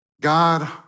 God